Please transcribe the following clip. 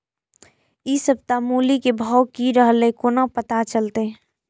इ सप्ताह मूली के भाव की रहले कोना पता चलते?